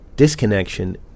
Disconnection